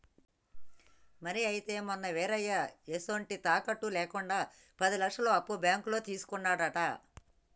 మరి అయితే మొన్న ఈరయ్య ఎసొంటి తాకట్టు లేకుండా పది లచ్చలు అప్పు బాంకులో తీసుకున్నాడట